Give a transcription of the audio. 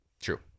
True